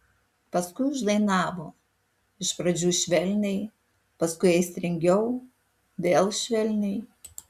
paskui uždainavo iš pradžių švelniai paskui aistringiau vėl švelniai